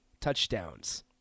touchdowns